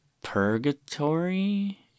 Purgatory